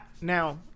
Now